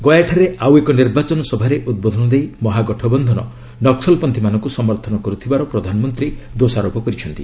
ଗୟାଠାରେ ଆଉ ଏକ ନିର୍ବାଚନ ସଭାରେ ଉଦ୍ବୋଧନ ଦେଇ ମହାଗଠବନ୍ଧନ ନକ୍କଲପଚ୍ଛୀମାନଙ୍କୁ ସମର୍ଥନ କରୁଥିବାର ପ୍ରଧାନମନ୍ତ୍ରୀ ଦୋଷାରୋପ କରିଛନ୍ତି